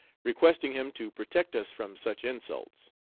requesting him to protect us from such insults.